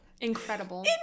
incredible